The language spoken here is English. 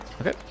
Okay